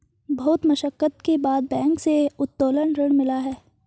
बहुत मशक्कत के बाद बैंक से उत्तोलन ऋण मिला है